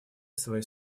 своей